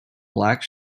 black